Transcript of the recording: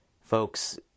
Folks